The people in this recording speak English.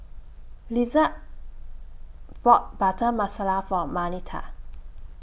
Lillard bought Butter Masala For Marnita